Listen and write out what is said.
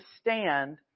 stand